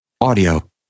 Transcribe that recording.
Audio